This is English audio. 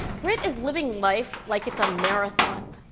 grit is living life like it's a marathon,